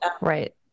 Right